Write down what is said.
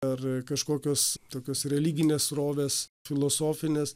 ar kažkokios tokios religinės srovės filosofinės